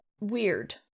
weird